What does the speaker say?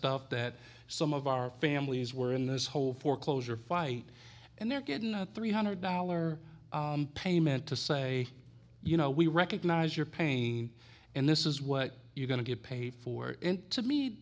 stuff that some of our families were in this whole foreclosure fight and they're getting a three hundred dollar payment to say you know we recognize your pain and this is what you're going to get paid for it to me